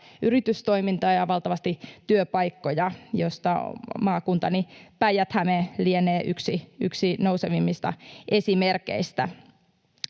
yritystoimintaa ja valtavasti työpaikkoja. Maakuntani Päijät-Häme lienee yksi nousevimmista esimerkeistä.